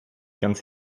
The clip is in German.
ganz